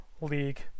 league